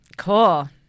Cool